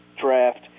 draft